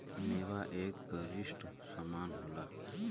मेवा एक गरिश्ट समान होला